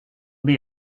dir